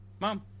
Mom